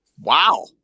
Wow